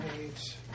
eight